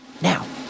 now